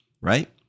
right